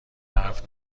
حرف